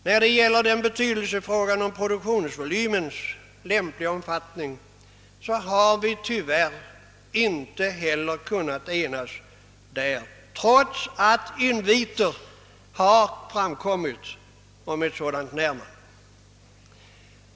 När det gäller den betydelsefulla frågan om produktionsvolymens lämpliga omfattning har vi i utskottet tyvärr inte kunnat enas, trots att inviter har kommit om ett sådant närmande.